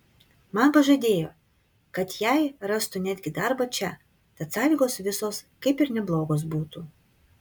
man pažadėjo kad jai rastų netgi darbą čia tad sąlygos visos kaip ir neblogos būtų